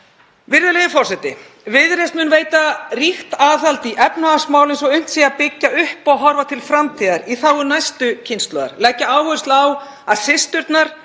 Virðulegur forseti. Viðreisn mun veita ríkt aðhald í efnahagsmálum svo unnt sé að byggja upp og horfa til framtíðar í þágu næstu kynslóðar, leggja áherslu á að systurnar